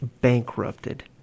bankrupted